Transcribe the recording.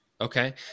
Okay